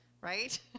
right